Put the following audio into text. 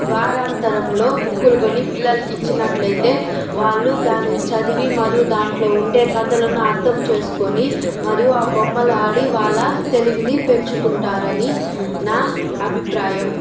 వారాంతంలో బుక్కులు కొని పిల్లలకు ఇచ్చినట్లు అయితే వాళ్ళు దాన్ని చదివి మరో దాంట్లో ఉండే కథలను అర్థం చేసుకోని మరియు ఆ బొమ్మలు ఆడి వాళ్ళ తెలివిని పెంచుకుంటారని నా అభిప్రాయం